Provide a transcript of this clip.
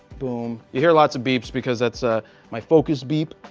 boom! you hear lots of beeps because that's ah my focus beep.